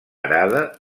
arada